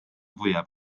fwyaf